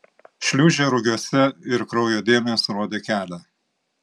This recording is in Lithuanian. šliūžė rugiuose ir kraujo dėmės rodė kelią